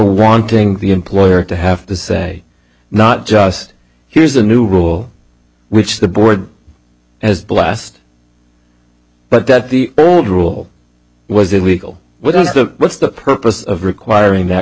wanting the employer to have to say not just here's a new rule which the board has blast but that the old rule was illegal what does the what's the purpose of requiring that